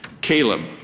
Caleb